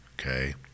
okay